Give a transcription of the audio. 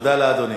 תודה לאדוני.